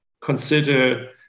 consider